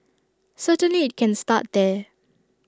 certainly IT can start there